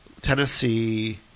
Tennessee